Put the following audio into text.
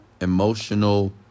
Emotional